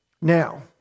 Now